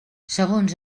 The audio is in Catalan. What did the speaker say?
segons